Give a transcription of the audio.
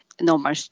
normal